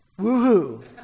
woohoo